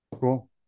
Cool